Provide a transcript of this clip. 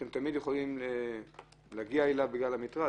אתם תמיד יכולים להגיע אליו בגלל המטרד,